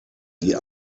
die